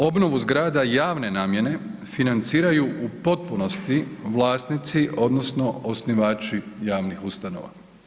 Obnovu zgrada javne namjene financiraju u potpunosti vlasnici odnosno osnivači javnih ustanova.